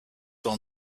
will